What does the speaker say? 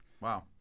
Wow